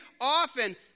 often